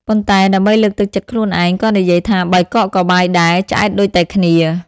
ប៉ុន្តែដើម្បីលើកទឹកចិត្តខ្លួនឯង ក៏និយាយថា បាយកកក៏បាយដែរ ឆ្អែតដូចតែគ្នា ។